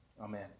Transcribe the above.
Amen